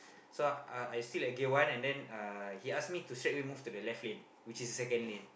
so uh I still at gear one and then uh he ask me to straightaway move to the left lane which is the second lane